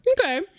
Okay